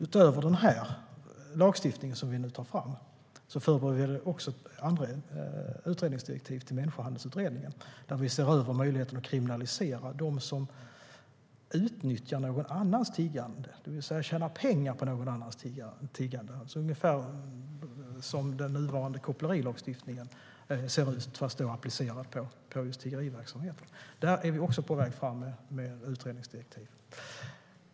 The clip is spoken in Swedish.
Utöver den lagstiftning som vi nu tar fram förbereder vi också andra utredningsdirektiv till människohandelsutredningen, där vi ser över möjligheten att kriminalisera dem som utnyttjar någon annans tiggande, det vill säga tjänar pengar på någon annans tiggande. Det är alltså ungefär som den nuvarande kopplerilagstiftningen men applicerat på tiggeriverksamheten. Där är vi också på väg fram med utredningsdirektiv.